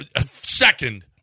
second